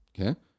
Okay